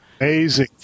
Amazing